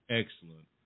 excellent